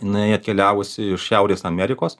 jinai atkeliavusi iš šiaurės amerikos